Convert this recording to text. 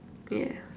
yeah